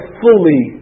fully